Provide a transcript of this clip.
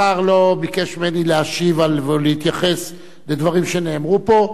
השר לא ביקש ממני להשיב ולהתייחס לדברים שנאמרו פה.